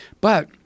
but-